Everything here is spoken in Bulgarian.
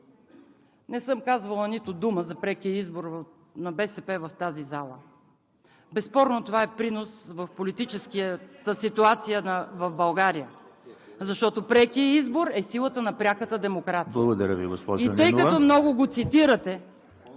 Не съм казвала нито дума за прекия избор на БСП в тази зала. Безспорно това е принос в политическата ситуация в България, защото прекият избор е силата на пряката демокрация. ПРЕДСЕДАТЕЛ ЕМИЛ